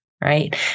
right